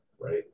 right